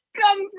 come